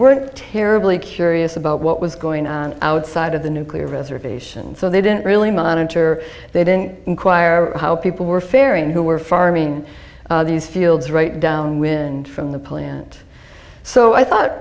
weren't terribly curious about what was going on outside of the nuclear reservation so they didn't really monitor they didn't inquire how people were fairing who were farming these fields right downwind from the plant so i thought